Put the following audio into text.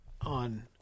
on